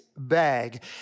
bag